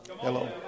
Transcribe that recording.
Hello